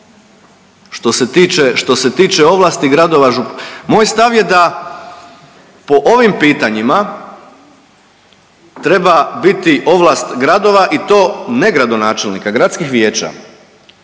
što se tiče ovlasti gradova. Moj stav je da po ovim pitanjima treba biti ovlast gradova i to ne gradonačelnika, gradskih vijeća.